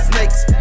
Snakes